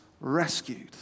rescued